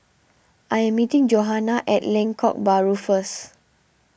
I am meeting Johana at Lengkok Bahru first